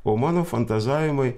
o mano fantazavimai